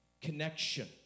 Connection